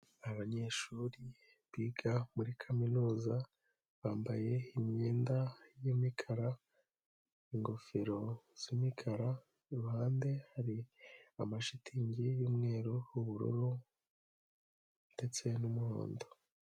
Abanyeshuri biga muri kaminuza bambaye imyenda y'imikara, ingofero z'imikara, iruhande hari amashitingi y'umweru, ubururu ndetse n'umuhondo.